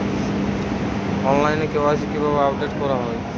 অনলাইনে কে.ওয়াই.সি কিভাবে আপডেট করা হয়?